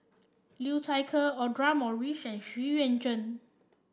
Liu Thai Ker Audra Morrice and Xu Yuan Zhen